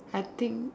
I think